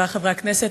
חברי חברי הכנסת,